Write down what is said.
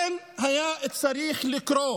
לכן היה צריך לקרוא